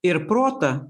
ir protą